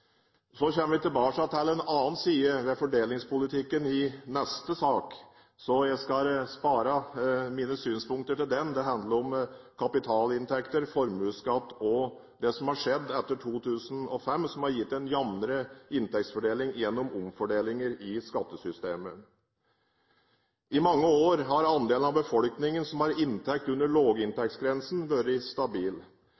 så jeg skal spare mine synspunkter til den – det handler om kapitalinntekter, formuesskatt, og det som har skjedd etter 2005, som har gitt en jevnere inntektsfordeling gjennom omfordelinger i skattesystemet. I mange år har andelen av befolkningen som har inntekt under